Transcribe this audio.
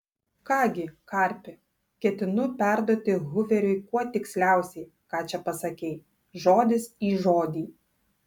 ką gi karpi ketinu perduoti huveriui kuo tiksliausiai ką čia pasakei žodis į žodį